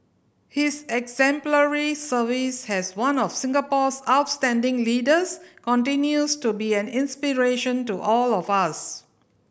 his exemplary service has one of Singapore's outstanding leaders continues to be an inspiration to all of us